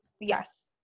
Yes